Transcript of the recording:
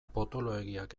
potoloegiak